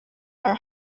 are